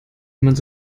jemand